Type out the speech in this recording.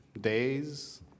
days